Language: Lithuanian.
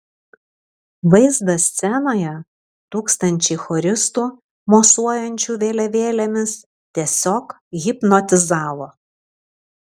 vaizdas scenoje tūkstančiai choristų mosuojančių vėliavėlėmis tiesiog hipnotizavo